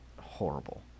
horrible